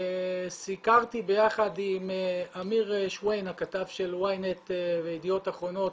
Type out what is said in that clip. סיקרתי ביחד עם אמיר שווין הכתב של YNET וידיעות אחרונות